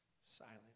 silent